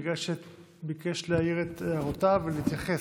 בגלל שביקש להעיר את הערותיו ולהתייחס,